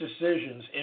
decisions